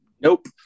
Nope